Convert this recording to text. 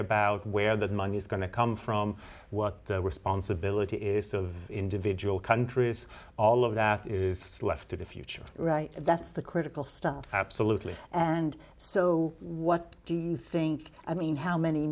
about where that money is going to come from what the responsibility is of individual countries all of that is left to the future right that's the critical stuff absolutely and so what do you think i mean how many